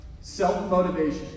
Self-motivation